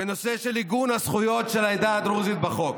בנושא עיגון הזכויות של העדה הדרוזית בחוק,